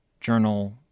journal